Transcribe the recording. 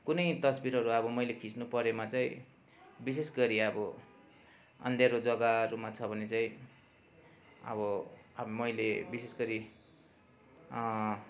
कुनै तस्बिरहरू अब मैले खिच्नु परेमा चाहिँ विशेष गरी अब अँध्यारो जगाहरूमा छ भने चाहिँ अब मैले विशेष गरी